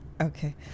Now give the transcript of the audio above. okay